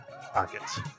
Pockets